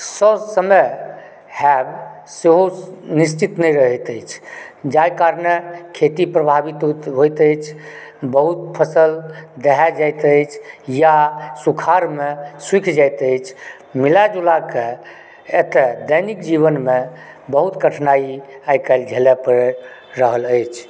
सब समय होएब सेहो निश्चित नहि रहैत अछि जाय कारणे खेती प्रभावित होइत अछि बहुत फसल दहा जाइत अछि या सुखाड़मे सूखि जाइत अछि मिला जुलाके एतय दैनिक जीवनमे बहुत कठिनाइ आइकाल्हि झेलऽ पड़ि रहल अछि